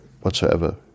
whatsoever